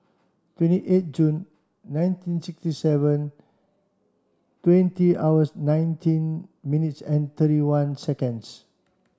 twenty eight Jun nineteen sixty seven twenty hours nineteen minutes and thirty one seconds